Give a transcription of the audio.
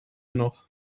noch